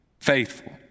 faithful